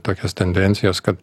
tokios tendencijos kad